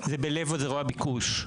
זה בלב זרוע הביקוש.